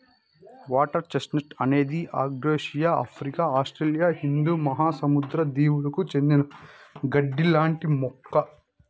water chestnut అనేది ఆగ్నేయాసియా, Africa, Australia హిందూ మహాసముద్ర దీవులకు చెందిన గడ్డి లాంటి మొక్క